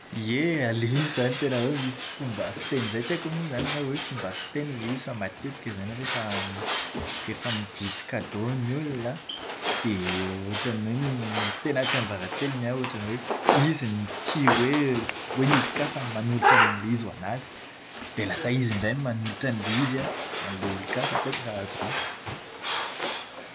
Ie, ah ilay izy izany tena hoe misy fomba fiteny izany, tsy haiko moa izany raha hoe fomba fiteny ilay izy fa matetika izany aho rehefa rehefa mividy kado ny olona an, dia ohatran'ny hoe tena tsiambaratelo ny ahy ohatran'ny hoe izy no tia hoe ny olon-kafa no manolotra an'ilay izy ho anazy. Dia lasa izy indray no manolotra an'ilay izy ho an'olon-kafa tsy haiko raha azonao.